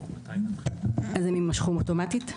אז הם יימשכו אוטומטית?